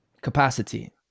capacity